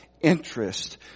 interest